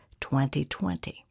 2020